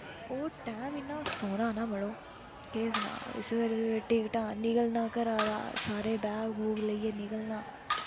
ओह् टैम इन्ना सोह्ना न मड़ो केह् सनांऽ सवेरै सवेरै टिकटां निकलना घरा दा सारे बैग बूग लेइयै निकलना घरा